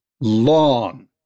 long